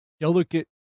delicate